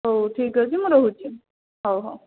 ହଉ ଠିକ୍ ଅଛି ମୁଁ ରହୁଛି ହଉ ହଉ